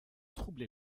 troublé